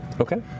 Okay